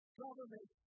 government